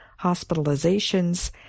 hospitalizations